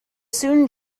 soon